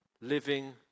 living